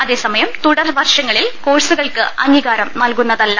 അതേസമയം തുടർ വർഷങ്ങളിൽ കോഴ്സുകൾക്ക് അംഗീകാരം നൽകുന്നതല്ല